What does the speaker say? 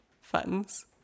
funds